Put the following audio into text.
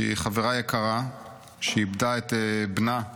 שהיא חברה יקרה שאיבדה את בנה במלחמה,